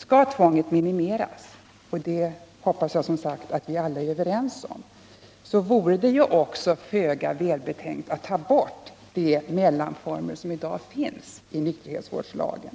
Skall tvånget minimeras — och det hoppas jag som sagt att vi alla är överens om — så vore det föga välbetänkt att ta bort de mellanformer som i dag finns enligt nykterhetsvårdslagen,